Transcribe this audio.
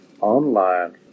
online